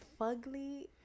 fugly